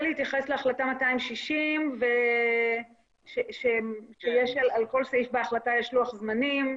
להתייחס להחלטה 260 ולזה שעל כל סעיף בהחלטה יש לוח זמנים,